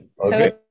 Okay